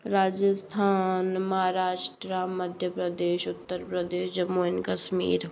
Rajasthan Maharashtra Madhya Pradesh Uttar Pradesh Jammu and Kashmir